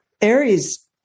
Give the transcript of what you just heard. Aries